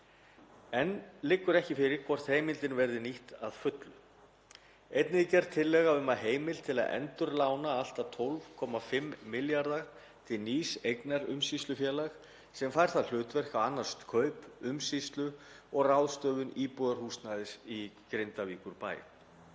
Enn liggur ekki fyrir hvort heimildin yrði nýtt að fullu. Einnig er gerð tillaga um heimild til að endurlána allt að 12,5 milljarða kr. til nýs eignaumsýslufélags sem fær það hlutverk að annast kaup, umsýslu og ráðstöfun íbúðarhúsnæðis í Grindavíkurbæ.